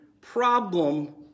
problem